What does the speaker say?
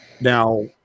Now